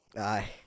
Aye